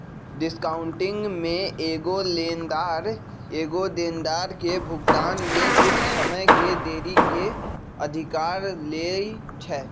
discounting में एगो लेनदार एगो देनदार के भुगतान में कुछ समय के देरी के अधिकार लेइ छै